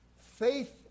Faith